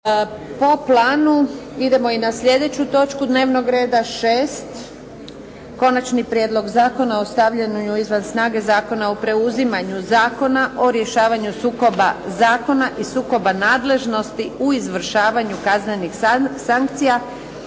Po planu idemo i na sljedeću točku dnevnog reda, 6. - Konačni prijedlog zakona o stavljanju izvan snage Zakona o preuzimanju Zakona o rješavanju sukoba zakona i sukoba nadležnosti u izvršavanju kaznenih sankcija,